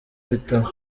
bitabo